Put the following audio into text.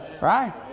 Right